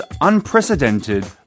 unprecedented